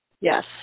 Yes